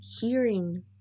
hearing